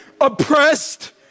oppressed